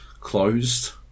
closed